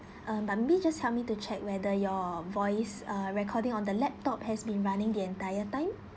um but be it just help me to check whether your voice uh recording on the laptop has been running the entire time